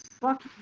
Fuck